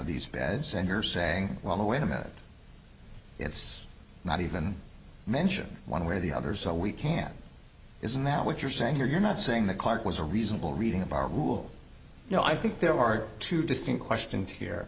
these beds and you're saying well wait a minute it's not even mention one way or the other so we can't isn't that what you're saying here you're not saying that clarke was a reasonable reading of our rule you know i think there are two distinct questions here